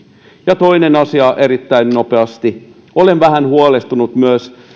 ja toinen asia erittäin nopeasti olen vähän huolestunut myös